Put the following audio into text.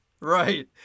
Right